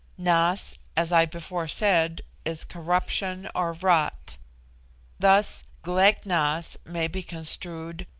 nas, as i before said, is corruption or rot thus, glek-nas may be construed,